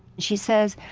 she says,